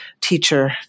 teacher